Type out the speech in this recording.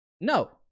No